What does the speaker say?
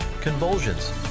convulsions